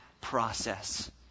process